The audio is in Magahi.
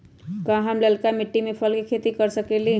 का हम लालका मिट्टी में फल के खेती कर सकेली?